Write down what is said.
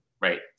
right